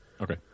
Okay